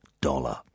dollar